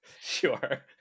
sure